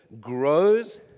grows